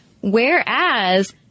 whereas